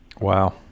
Wow